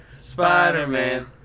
Spider-Man